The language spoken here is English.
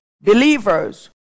believers